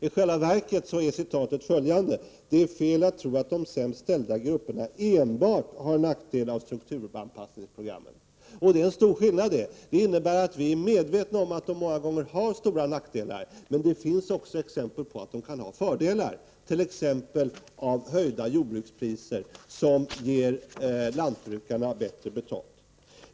I själva verket är citatet följande: ”Det är fel att tro att de sämst ställda grupperna enbart har nackdel av strukturanpassningsprogrammen.” Och det är en stor skillnad. Det innebär att vi är medvetna om att de många gånger har stora nackdelar. Men det finns också exempel på att de kan ha fördelar, t.ex. av höjda jordbrukspriser, som ger lantbrukarna bättre betalt.